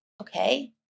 okay